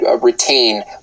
retain